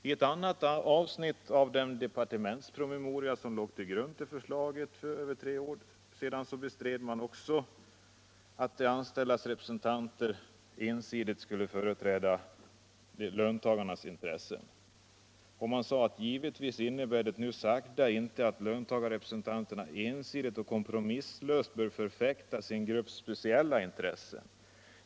I ett annat avsnitt av den departementspromemoria som låg till grund för förslaget för över tre år sedan bestred man också, att uppgiften för de anställdas styrelserepresentanter skulle vara att ”ensidigt” företräda löntagarnas intressen. Man sade: ”Givetvis innebär det nu sagda inte att löntagarerepresentanterna ensidigt och kompromisslöst bör förfäkta sin grupps speciella intressen.